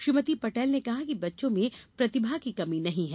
श्रीमती पटेल ने कहा कि बच्चों में प्रतिभा की कमी नहीं है